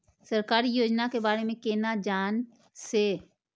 सरकारी योजना के बारे में केना जान से?